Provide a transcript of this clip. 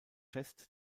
fest